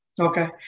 Okay